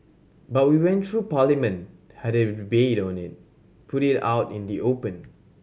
but we went through Parliament had a rebate on it put it out in the open